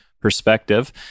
perspective